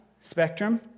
Spectrum